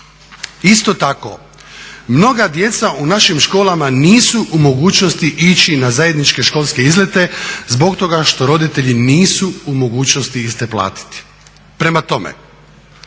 Isto tako, mnoga djeca u našim školama nisu u mogućnosti ići na zajedničke školske izlete zbog toga što roditelji nisu u mogućnosti iste platiti. Prema tome,